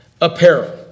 apparel